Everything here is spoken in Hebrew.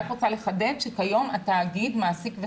זה נכון שכרגע מי שעושה את